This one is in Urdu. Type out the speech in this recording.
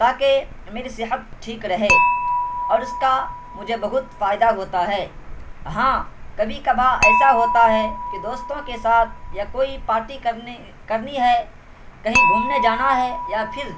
تاکہ میری صحت ٹھیک رہے اور اس کا مجھے بہت فائدہ ہوتا ہے ہاں کبھی کبھا ایسا ہوتا ہے کہ دوستوں کے ساتھ یا کوئی پارٹی کرنی کرنی ہے کہیں گھومنے جانا ہے یا پھر